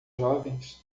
jovens